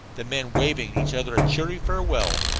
the men waving each other a cheery farewell,